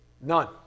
None